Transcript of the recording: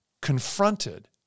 confronted